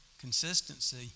Consistency